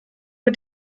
mit